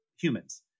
humans